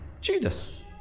Judas